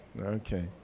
Okay